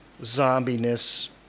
zombiness